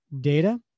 Data